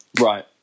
Right